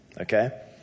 okay